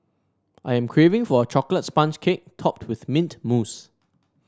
I am craving for a chocolate sponge cake topped with mint mousse